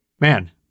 Man